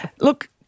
Look